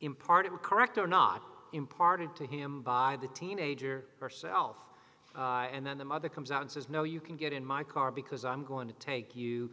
imparted correct or not imparted to him by the teenager herself and then the mother comes out and says no you can get in my car because i'm going to take you